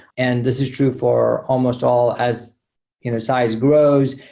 and this is true for almost all. as you know size grows,